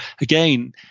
again